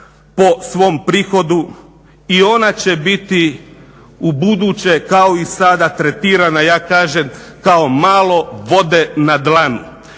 po svom prihodu i ona će biti ubuduće kao i sada tretirana, ja kažem kao malo vode na dlanu.